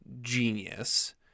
genius